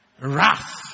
wrath